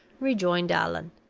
rejoined allan.